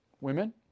women